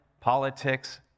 politics